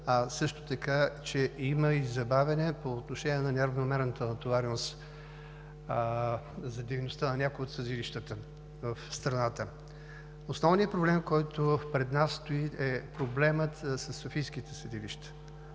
а също така и има забавяне по отношение на неравномерната натовареност за дейността на някои от съдилищата в страната. Основният проблем, който стои пред нас, е проблемът със софийските съдилища.